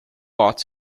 ought